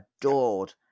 adored